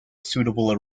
suitable